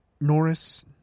Norris